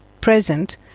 present